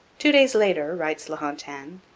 two days later writes la hontan,